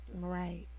Right